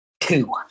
two